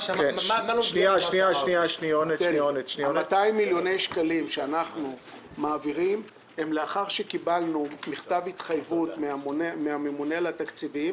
הסכום הזה מועבר לאחר שקיבלנו מכתב התחייבות מהממונה על התקציבים